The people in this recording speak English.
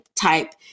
type